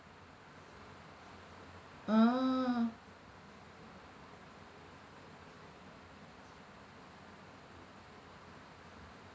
orh